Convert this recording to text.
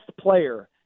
player